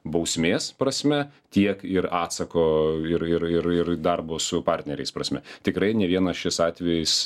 bausmės prasme tiek ir atsako ir ir ir ir darbo su partneriais prasme tikrai ne vienas šis atvejis